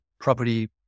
property